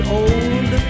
old